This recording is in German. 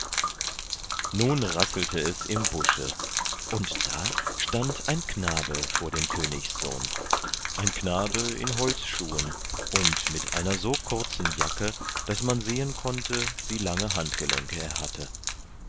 nun rasselte es im busche und da stand ein knabe vor dem königssohn ein knabe in holzschuhen und mit einer so kurzen jacke daß man sehen konnte wie lange handgelenke er hatte